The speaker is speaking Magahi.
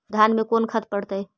धान मे कोन खाद पड़तै?